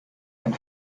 ein